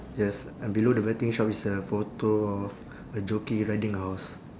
yes and below the betting shop is a photo of a jockey riding a horse